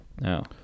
No